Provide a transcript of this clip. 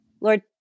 Lord